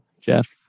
Jeff